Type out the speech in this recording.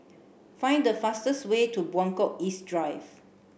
find the fastest way to Buangkok East Drive